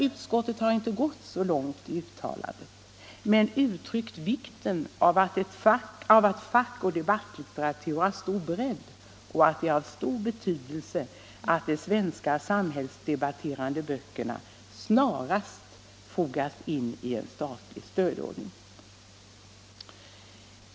Utskottet har inte gått så långt i uttalandet, men uttryckt vikten av att fackoch debattlitteratur har stor bredd och att det är av stor betydelse att de svenska samhällsdebatterande böckerna snarast fogas in i en statlig stödordning.